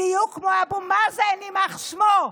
בדיוק כמו אבו מאזן, יימח שמו,